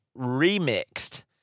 remixed